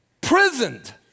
prisoned